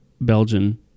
Belgian